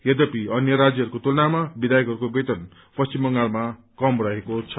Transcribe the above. यद्यपि अन्य राज्यहरूको तुलनामा विधायकहरूका वेतन पश्चिम बंगालामा कम्ती छ